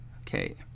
Okay